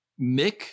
Mick